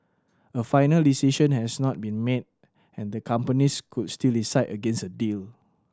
a final decision has not been made and the companies could still decide against a deal